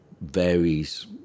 varies